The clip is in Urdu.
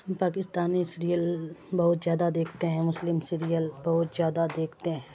ہم پاکستانی سیریل بہت زیادہ دیکھتے ہیں مسلم سیریل بہت زیادہ دیکھتے ہیں